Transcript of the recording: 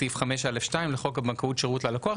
סעיף 5א2 לחוק הבנקאות (שירות ללקוח)